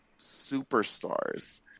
superstars